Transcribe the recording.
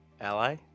ally